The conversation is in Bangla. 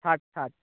ষাট ষাট